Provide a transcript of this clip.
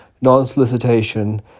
non-solicitation